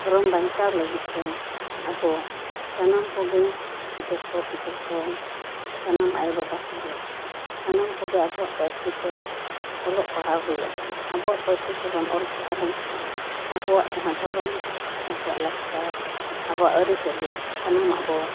ᱫᱷᱚᱨᱚᱢ ᱵᱟᱧᱪᱟᱣ ᱞᱟᱹᱜᱤᱫ ᱛᱮ ᱟᱵᱚ ᱥᱟᱱᱟᱢ ᱠᱚᱜᱮ ᱜᱤᱫᱟᱹᱨ ᱠᱚ ᱯᱤᱫᱟᱹᱨ ᱠᱚ ᱥᱟᱱᱟᱢ ᱟᱭᱚ ᱵᱟᱵᱟ ᱠᱚᱜᱮ ᱥᱟᱱᱟᱢ ᱠᱚᱜᱮ ᱟᱵᱚᱣᱟᱜ ᱯᱟᱹᱨᱥᱤ ᱛᱮ ᱚᱞᱚᱜ ᱯᱟᱲᱦᱟᱣ ᱦᱩᱭ ᱟᱵᱚᱱᱟ ᱟᱵᱚᱣᱟᱜ ᱯᱟᱹᱨᱥᱤ ᱛᱮᱵᱚᱱ ᱚᱞ ᱯᱟᱲᱦᱟᱣ ᱞᱮᱱᱠᱷᱟᱱ ᱟᱵᱚᱣᱟᱜ ᱡᱟᱦᱟᱸ ᱫᱷᱚᱨᱚᱢ ᱟᱵᱚᱣᱟᱜ ᱞᱟᱠᱪᱟᱨ ᱟᱵᱚᱣᱟᱜ ᱟᱹᱨᱤᱪᱟᱹᱞᱤ ᱥᱟᱱᱟᱢ ᱟᱵᱚ